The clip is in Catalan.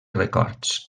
records